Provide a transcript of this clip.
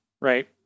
Right